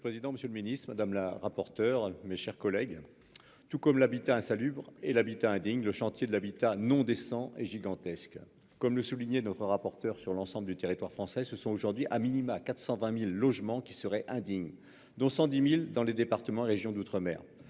Monsieur le président, monsieur le ministre, mes chers collègues, tout comme l'habitat insalubre et l'habitat indigne, le chantier de l'habitat non décent est gigantesque. Comme le soulignait notre rapporteur, sur l'ensemble du territoire français, au moins 420 000 logements seraient indignes, dont 110 000 dans les départements et régions d'outre-mer,